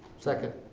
second.